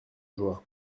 joie